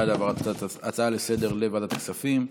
בעד העברת ההצעה לסדר-היום לוועדת הכספים,